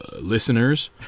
listeners